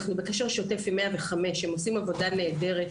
אנחנו בקשר שוטף עם 105, הם עושים עבודה נהדרת.